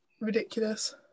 ridiculous